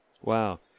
Wow